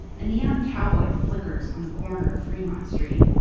a neon cowboy flickers on the corner of fremont street.